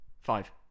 Five